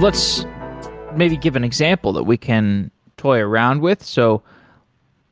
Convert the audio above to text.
let's maybe give an example that we can toy around with. so